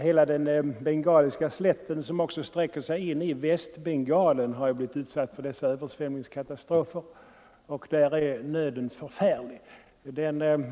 Hela den bengaliska slätten, som också sträcker sig in i Västbengalen, har ju blivit utsatt för dessa översvämningskatastrofer, och där är nöden förfärlig.